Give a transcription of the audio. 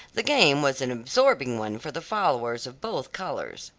the game was an absorbing one for the followers of both colors.